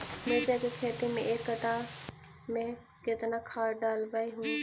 मिरचा के खेती मे एक कटा मे कितना खाद ढालबय हू?